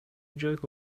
جوک